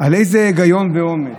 איזה היגיון ואומץ?